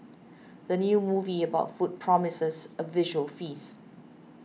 the new movie about food promises a visual feast